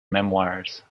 memoirs